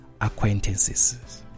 acquaintances